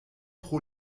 pro